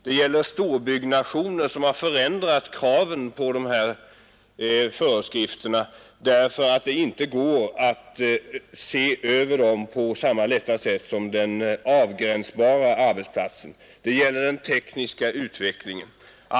Det gäller vidare de förändrade krav på föreskrifter som storbyggnationerna motiverar genom att dessa inte är lika lätta att övervaka som de mera avgränsbara arbetsplatserna. Det gäller också den tekniska utvecklingens verkningar.